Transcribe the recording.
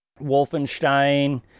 Wolfenstein